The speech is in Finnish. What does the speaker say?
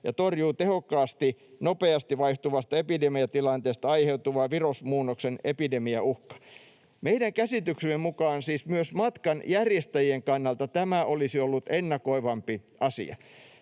ja torjuu tehokkaasti nopeasti vaihtuvasta epidemiatilanteesta aiheutuvaa virusmuunnoksen epidemiauhkaa.” Meidän käsityksemme mukaan siis myös matkanjärjestäjien kannalta tämä olisi ollut ennakoivampi asia.